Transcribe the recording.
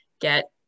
get